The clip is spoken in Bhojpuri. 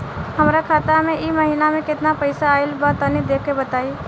हमरा खाता मे इ महीना मे केतना पईसा आइल ब तनि देखऽ क बताईं?